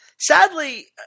sadly